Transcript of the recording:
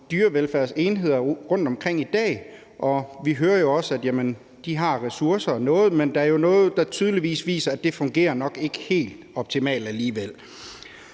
dyrevelfærdsenheder rundtomkring i dag, og vi hører jo også, at de har ressourcer, men der er jo noget, der tydeligvis viser, at det nok ikke fungerer helt optimalt alligevel.